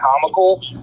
comical